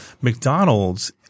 McDonald's